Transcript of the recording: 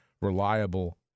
reliable